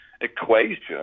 equation